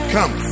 Come